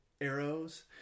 arrows